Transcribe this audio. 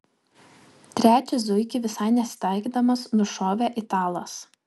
trečią zuikį visai nesitaikydamas nušovė italas